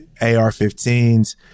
ar-15s